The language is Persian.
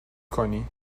کنی